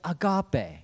agape